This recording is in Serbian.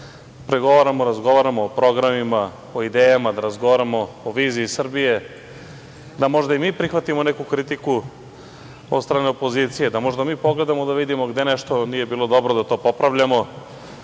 da pregovaramo, razgovaramo o programima, o idejama, da razgovaramo o viziji Srbije, da možda i mi prihvatimo neku kritiku od strane opozicije, da možda mi pogledamo, da vidimo gde nešto nije bilo dobro, da to popravljamo,